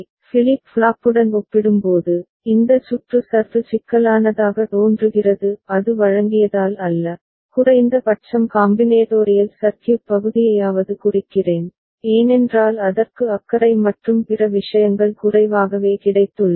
flip ஃப்ளாப்புடன் ஒப்பிடும்போது இந்த சுற்று சற்று சிக்கலானதாக தோன்றுகிறது அது வழங்கியதால் அல்ல குறைந்த பட்சம் காம்பினேடோரியல் சர்க்யூட் பகுதியையாவது குறிக்கிறேன் ஏனென்றால் அதற்கு அக்கறை மற்றும் பிற விஷயங்கள் குறைவாகவே கிடைத்துள்ளன